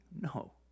No